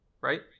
Right